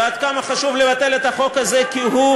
ועד כמה חשוב לבטל את החוק הזה כי הוא,